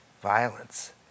violence